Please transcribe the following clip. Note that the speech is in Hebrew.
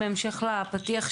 בהמשך לפתיח,